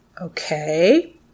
Okay